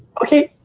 okay.